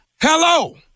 Hello